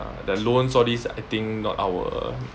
the loans all these I think not our